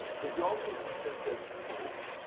the documents then go to court.